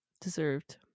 deserved